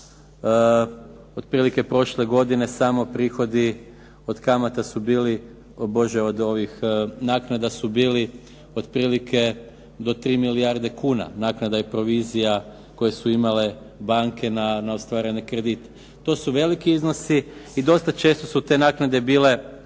Otprilike prošle godine samo prihodi od naknada su bili otprilike do 3 milijarde kuna. Naknada i provizija koje su imale banke na ostvarene kredite. To su veliki iznosi i dosta često su te naknade bile